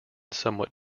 somewhat